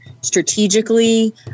strategically